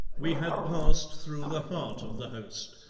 we had passed through the heart of the host,